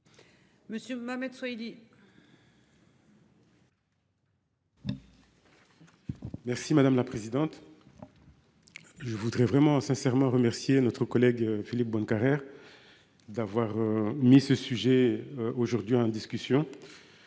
Monsieur Mohamed Saïdi. Merci madame la présidente. Je voudrais vraiment sincèrement remercier notre collègue Philippe Bonnecarrère. D'avoir mis ce sujet. Aujourd'hui en discussion.